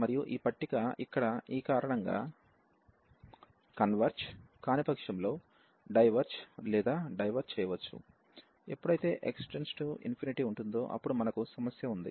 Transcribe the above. మరియు ఈ పట్టిక ఇక్కడ ఈ కారణంగా కన్వెర్జ్ కాని పక్షంలో డైవెర్జ్ లేదా డైవెర్జ్ చేయవచ్చు ఎప్పుడైతే x→∞ ఉంటుందో అప్పుడు మనకు సమస్య ఉంది